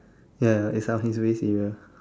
ya it's around his waist area